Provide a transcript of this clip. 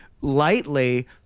lightly